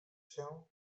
się